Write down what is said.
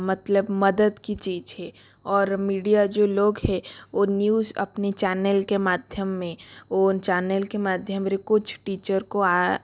मतलब मदद की चीज है और मीडिया जो लोग है वो न्यूज़ अपनी चैनल के माध्यम में वो उन चैनल के माध्यम से कुछ टीचर को